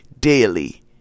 daily